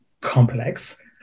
complex